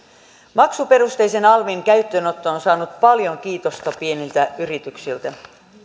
maksuperusteisen alvin käyttöönotto on on saanut paljon kiitosta pieniltä yrityksiltä